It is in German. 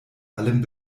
allem